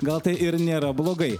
gal tai ir nėra blogai